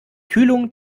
kühlung